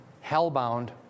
hell-bound